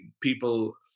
people